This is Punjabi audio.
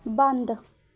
ਬੰਦ